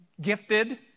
gifted